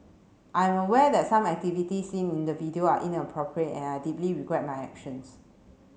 I'm aware that some activities seen in the video are inappropriate and I deeply regret my actions